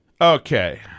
Okay